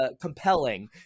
compelling